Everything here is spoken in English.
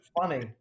funny